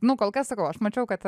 nu kol kas sakau aš mačiau kad